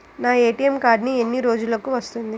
నా ATM card ఎన్ని రోజులకు వస్తుంది?